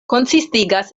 konsistigas